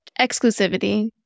exclusivity